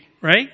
right